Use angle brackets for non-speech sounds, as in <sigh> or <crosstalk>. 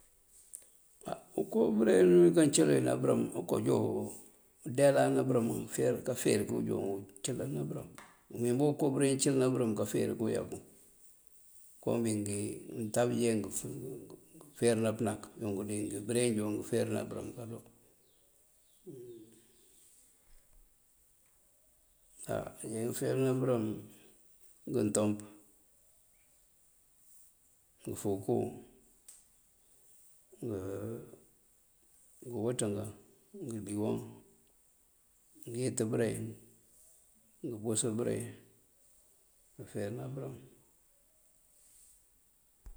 Áa unko bëreŋ uwí káncilí wí na bërëm, oko doo undeelan ná bërëmb, ufer kafer kiwujon uncíl ná bërëm. Mëëwínëmba, unko bëreŋ cílí ná bërëm kafer kuyankun. Komíink ngii untambie ngun, ngëëferná pëënak unk díngí bëreŋ dongëro ngëëferná bërëmb kado. <hesitation> áa ngáanjee ngëëferná bërëm: ngëëtoomp, ngëëfúuku, <hesitation> ngëë wëţëngan, ngëëlíyoŋ, ngëyët bëreŋ, ngëëbus bëreŋ kaaferëna bërëm.